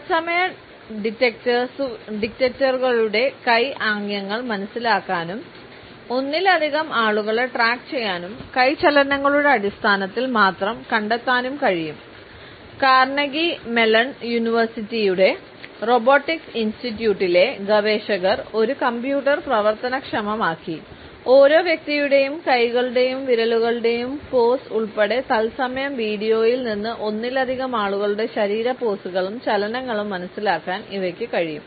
തത്സമയ ഡിറ്റക്ടറുകൾക്ക് ഗവേഷകർ ഒരു കമ്പ്യൂട്ടർ പ്രവർത്തനക്ഷമമാക്കി ഓരോ വ്യക്തിയുടെയും കൈകളുടെയും വിരലുകളുടെയും പോസ് ഉൾപ്പെടെ തൽസമയം വീഡിയോയിൽ നിന്ന് ഒന്നിലധികം ആളുകളുടെ ശരീര പോസുകളും ചലനങ്ങളും മനസിലാക്കാൻ ഇവയ്ക്ക് കഴിയും